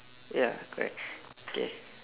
ya correct okay